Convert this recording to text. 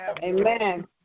amen